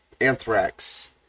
Anthrax